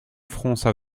fronça